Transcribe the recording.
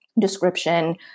description